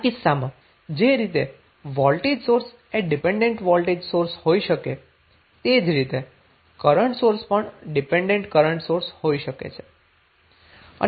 આ કેસમાં જે રીતે વોલ્ટેજ સોર્સ એ ડીપેન્ડન્ટ વોલ્ટેજ સોર્સ હોઈ શકે છે તે જ રીતે કરન્ટ સોર્સ પણ ડીપેન્ડન્ટ કરન્ટ સોર્સ હોઈ શકે છે